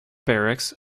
barracks